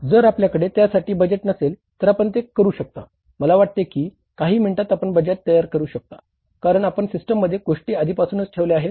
जर आपल्याकडे त्यासाठी बजेट नसेल तर आपण ते करू शकता मला वाटते की काही मिनिटांत आपण बजेट तयार करू शकता कारण आपण सिस्टममध्ये गोष्टी आधीपासूनच ठेवल्या आहेत